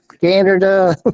Canada